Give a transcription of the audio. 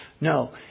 no